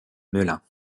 melun